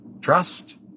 trust